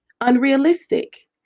unrealistic